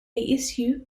issu